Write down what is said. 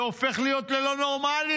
זה הופך להיות ללא נורמלי.